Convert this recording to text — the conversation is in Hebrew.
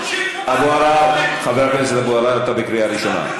אבו עראר, חבר הכנסת אבו עראר, אתה בקריאה ראשונה.